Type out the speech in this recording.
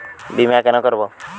বিমা কেন করব?